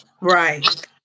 right